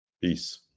Peace